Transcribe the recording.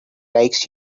likes